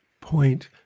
point